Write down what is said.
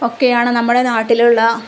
ഒക്കെയാണ് നമ്മുടെ നാട്ടിലുള്ള